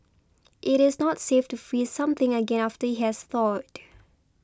it is not safe to freeze something again after it has thawed